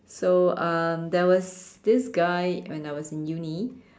so um there was this guy when I was in uni